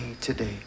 today